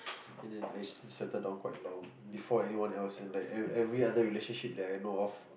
and then I settle down quite long before anyone else and like every every other relationship that I know of